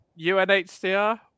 UNHCR